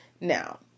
now